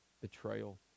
betrayal